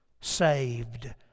saved